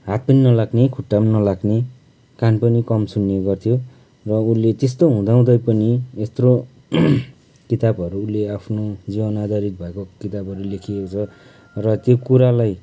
हात पनि नलाग्ने खुट्टा पनि नलाग्ने कान पनि कम सुन्ने गर्थ्यो र उसले त्यस्तो हुँदा हुँदै पनि यत्रो किताबहरू उसले आफ्नो जीवन आधारित भएको किताबहरू लेखिएको छ र त्यो कुरालाई